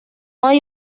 hay